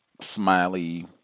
smiley